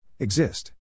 Exist